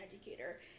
educator